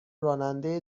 راننده